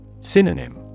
Synonym